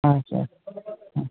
اَچھا